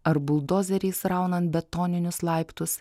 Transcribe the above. ar buldozeriais raunant betoninius laiptus